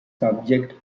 subject